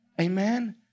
amen